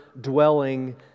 dwelling